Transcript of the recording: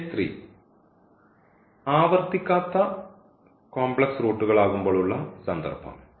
case 3 ആവർത്തിക്കാത്ത complex റൂട്ടുകൾ ആകുമ്പോൾ ഉള്ള സന്ദർഭം